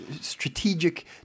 strategic